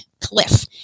cliff